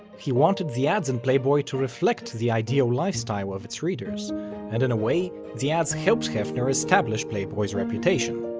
he wanted the ads in playboy to reflect the ideal lifestyle of its readers and in a way, the ads helped hefner establish playboy's reputation.